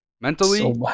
mentally